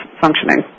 functioning